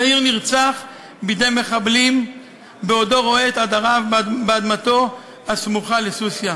יאיר נרצח בידי מחבלים בעודו רועה את עדריו באדמתו הסמוכה לסוסיא.